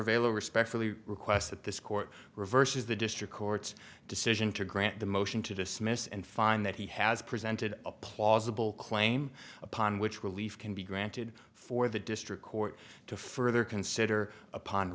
vaile respectfully request that this court reverses the district court's decision to grant the motion to dismiss and find that he has presented a plausible claim upon which relief can be granted for the district court to further consider upon